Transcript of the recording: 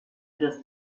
just